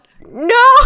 no